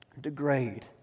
degrade